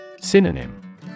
Synonym